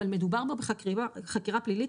אבל מדובר פה בחקירה פלילית,